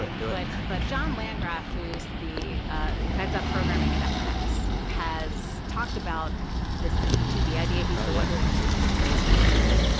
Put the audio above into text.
it. do it. but john landgraf, who is the ah who heads up programming at fx, has talked about this peak tv idea he's the one who introduced this phrase, peak tv.